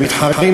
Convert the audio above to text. הם מתחרים,